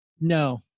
No